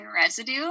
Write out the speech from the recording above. residue